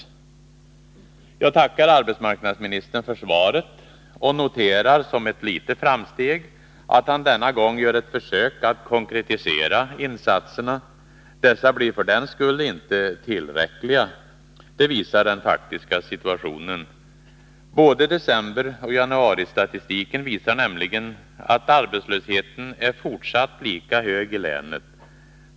Måndagen den Jag tackar arbetsmarknadsministern för svaret och noterar som ett litet 15 februari 1982 framsteg att han denna gång gör ett försök att konkretisera insatserna. Dessa blir för den skull inte tillräckliga. Det visar den faktiska situationen. Både decemberoch januaristatistiken visar nämligen att arbetslösheten fortsatt är lika hög i länet.